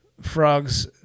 frogs